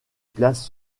places